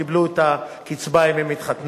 האלמנות קיבלו את הקצבה אם הן מתחתנות.